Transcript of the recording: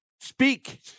speak